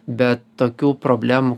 bet tokių problemų